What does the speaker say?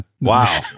Wow